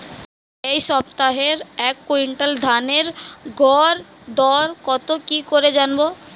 এই সপ্তাহের এক কুইন্টাল ধানের গর দর কত কি করে জানবো?